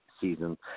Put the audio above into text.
season